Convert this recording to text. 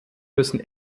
müssen